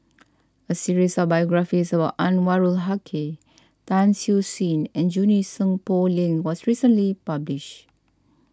a series of biographies about Anwarul Haque Tan Siew Sin and Junie Sng Poh Leng was recently published